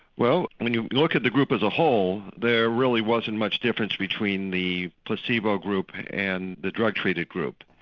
well when you look at the group as a whole there really wasn't much difference between the placebo group and the drug treated group.